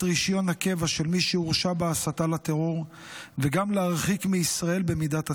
רישיון הקבע של מי שהורשע בהסתה לטרור וגם להרחיק מישראל במידת הצורך.